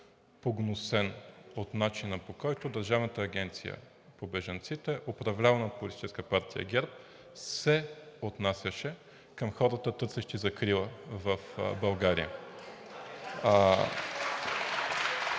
погнусен от начина, по който Държавната агенция за бежанците, управлявана от Политическа партия ГЕРБ, се отнасяше към хората, търсещи закрила в България. (Смях